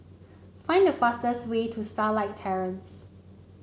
find the fastest way to Starlight Terrace